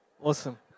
Awesome